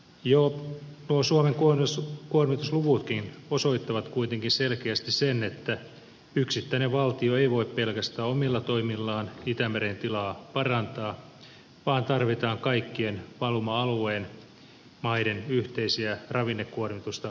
jo nuo suomen kuormitusluvutkin osoittavat kuitenkin selkeästi sen että yksittäinen valtio ei voi pelkästään omilla toimillaan itämeren tilaa parantaa vaan tarvitaan kaikkien valuma alueen maiden yhteisiä ravinnekuormitusta leikkaavia toimia